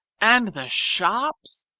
and the shops?